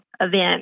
event